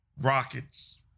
rockets